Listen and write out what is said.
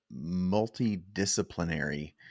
multidisciplinary